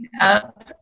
up